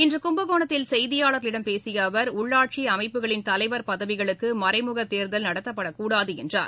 இன்று கும்பனோணத்தில் செய்தியாளர்களிடம் பேசிய அவர் உள்ளாட்சி அமைப்புகளின் தலைவர் பதவிகளுக்கு மறைமுகத் தேர்தல் நடத்தப்படக்கூடாது என்றார்